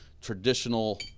traditional